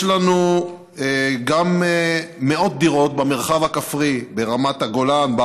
יש לנו גם מאות דירות במרחב הכפרי ברמת הגולן,